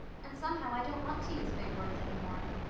and somehow i don't want to use big words any more.